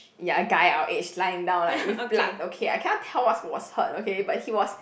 ya a guy our age lying down like with blood okay I cannot tell what's was hurt okay but he was